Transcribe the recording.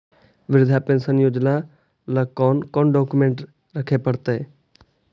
वृद्धा पेंसन योजना ल कोन कोन डाउकमेंट रखे पड़तै?